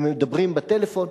מדברים בטלפון.